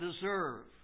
deserve